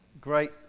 Great